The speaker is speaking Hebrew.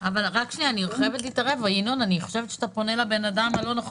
אבל אני שואל את אגף התקציבים והוא אומר שהוא לא יודע על משא ומתן.